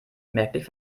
merklich